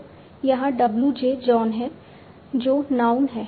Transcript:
तो यहाँ w j John है जो नाउन है